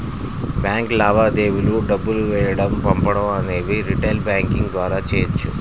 bank లావాదేవీలు డబ్బులు వేయడం పంపడం అనేవి రిటైల్ బ్యాంకింగ్ ద్వారా చెయ్యొచ్చు